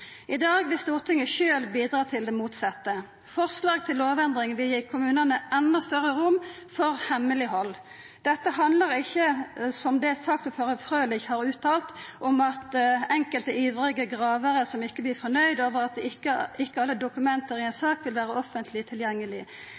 I dag vil Stortinget sjølv bidra til det motsette. Forslag til lovendring vil gi kommunane enda større rom for hemmeleghald. Dette handlar ikkje om det saksordførar Frølich har uttalt: «Jeg ser nok at enkelte ivrige gravere ikke vil være fornøyd over at ikke alle dokumenter i en sak vil være offentlig tilgjengelig.»